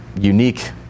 unique